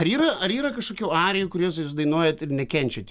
ar yra ar yra kažkokių arijų kuriuos jūs dainuojat ir nekenčiat